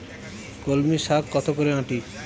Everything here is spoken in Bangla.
কলমি শাখ কত করে আঁটি?